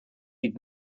eat